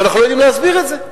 אבל אנחנו לא יודעים להסביר את זה,